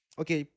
okay